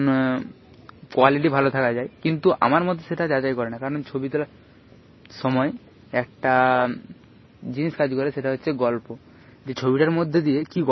সেই জন্য যদি আমরা কোনও নির্দিষ্ট একটা লেভেল ধরনের জায়গায় দৌড়াই তাহলে আমাদের শরীরে কোনও ক্ষয়ক্ষতি হবে না এই জন্যই আমি মাঠে ও এবং রাস্তায় দৌড়ই